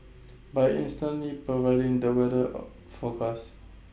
by instantly providing the weather or forecast